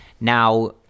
Now